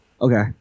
Okay